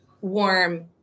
warm